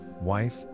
wife